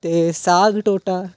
ते साग ढोडा